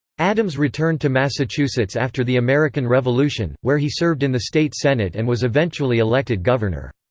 adams returned to massachusetts after the american revolution, where he served in the state senate and was eventually elected governor.